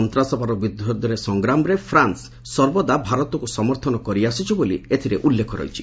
ସନ୍ତାସବାଦ ବିରୁଦ୍ଧରେ ସଂଗ୍ରାମରେ ଫ୍ରାନ୍ସ ସର୍ବଦା ଭାରତକୁ ସମର୍ଥନ କରିଆସୁଛି ବୋଲି ଏଥିରେ ଉଲ୍ଲେଖ ରହିଛି